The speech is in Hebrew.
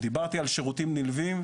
דיברתי על שירותים נלווים,